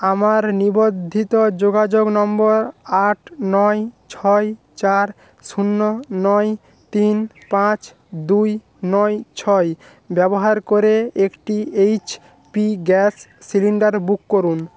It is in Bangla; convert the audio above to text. আমার নিবদ্ধিত যোগাযোগ নম্বর আট নয় ছয় চার শূন্য নয় তিন পাঁচ দুই নয় ছয় ব্যবহার করে একটি H P gas cylinder book করুন